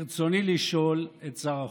ברצוני לשאול את שר החוץ: